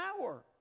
power